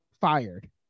fired